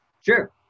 Sure